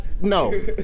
No